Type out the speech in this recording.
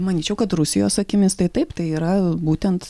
manyčiau kad rusijos akimis tai taip tai yra būtent